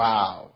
Wow